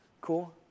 Cool